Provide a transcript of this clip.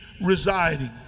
residing